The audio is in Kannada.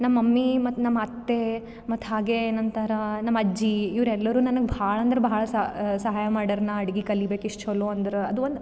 ನಮ್ಮ ಮಮ್ಮಿ ಮತ್ತು ನಮ್ಮ ಅತ್ತೆ ಮತ್ತು ಹಾಗೇ ನಂತರ ನಮ್ಮ ಅಜ್ಜಿ ಇವರೆಲ್ಲರು ನನಗೆ ಭಾಳ ಅಂದ್ರೆ ಭಾಳ ಸಹಾಯ ಮಾಡ್ಯಾರ ನಾ ಅಡ್ಗೆ ಕಲಿಬೇಕು ಇಷ್ಟು ಚೊಲೋ ಅಂದ್ರೆ ಅದು ಒಂದು